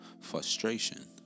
frustration